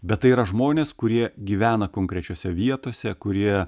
bet tai yra žmonės kurie gyvena konkrečiose vietose kurie